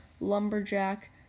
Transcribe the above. Lumberjack